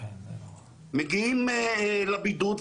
מגיעים לבידוד,